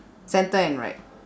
centre and right